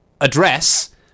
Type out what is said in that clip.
address